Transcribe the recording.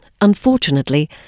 Unfortunately